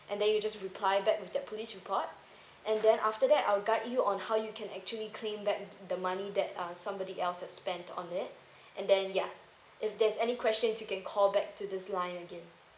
and then you just reply back with that police report and then after that I'll guide you on how you can actually claim back the money that uh somebody else has spent on it and then ya if there's any questions you can call back to this line again